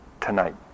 tonight